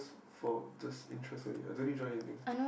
for just interest only I don't need join anything